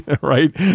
Right